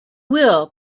will